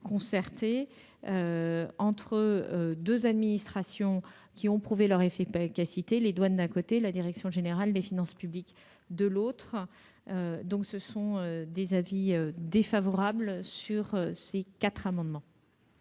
concertée entre deux administrations ayant prouvé leur efficacité : les douanes, d'un côté, la direction générale des finances publiques, de l'autre. Je suis donc défavorable à ces quatre amendements